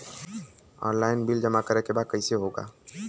Online bill जमा करे के बा कईसे होगा?